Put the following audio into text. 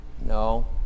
No